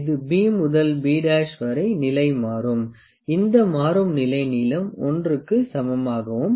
இது B முதல் B' வரை நிலை மாறும் இந்த மாறும் நிலை நீளம் l க்கு சமமாகவும்